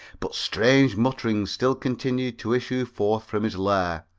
but strange mutterings still continued to issue forth from his lair.